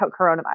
coronavirus